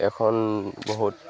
এখন বহুত